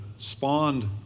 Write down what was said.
spawned